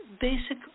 basic